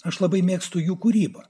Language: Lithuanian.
aš labai mėgstu jų kūrybą